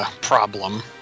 problem